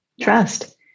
Trust